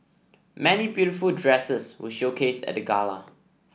many beautiful dresses were showcased at the gala